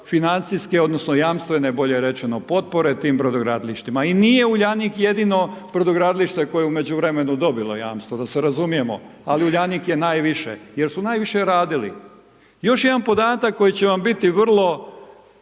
financijske, odnosno, jamstveno, bolje rečeno potpore tim brodogradilištima. I nije Uljanik jedino brodogradilište koje je u međuvremenu dobilo jamstvo, da se razumijemo. Ali, Uljanik je najviše, jer su najviše radili. Još jedan podatak, koji će vam biti vrlo,